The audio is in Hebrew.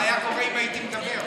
מה היה קורה אם הייתי מדבר?